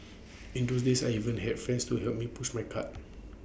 in those days I even had friends to help me push my cart